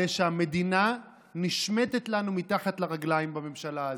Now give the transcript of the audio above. שהמדינה נשמטת לנו מתחת לרגליים בממשלה הזאת.